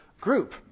group